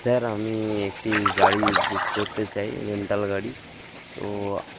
sir আমি একটি গাড়ি বুক করতে চাই রেন্টাল গাড়ি তো